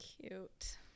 Cute